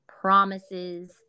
promises